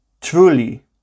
truly